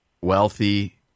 wealthy